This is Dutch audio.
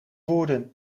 woorden